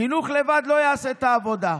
חינוך לבד לא יעשה את העבודה.